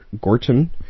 Gorton